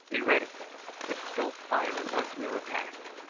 be ready but don't fire unless we are attacked.